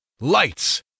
Lights